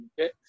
Okay